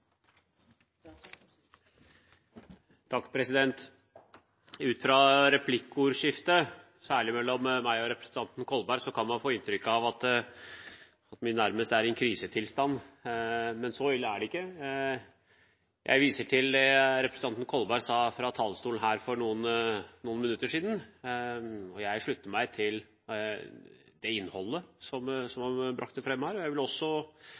krisetilstand. Men så ille er det ikke. Jeg viser til det representanten Kolberg sa fra talerstolen her for noen minutter siden. Jeg slutter meg til det innholdet som han brakte fram her, og jeg vil også